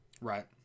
right